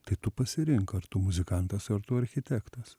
tai tu pasirink ar tu muzikantas ar tu architektas